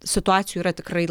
situacijų yra tikrai